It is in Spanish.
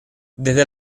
desde